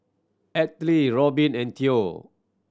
Altie Robyn and Theo